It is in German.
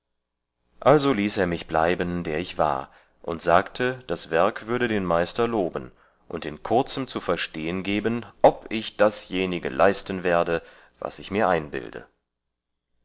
also ließ er mich bleiben der ich war und sagte das werk würde den meister loben und in kurzem zu verstehen geben ob ich dasjenige leisten werde was ich mir einbilde